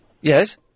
Yes